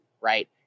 Right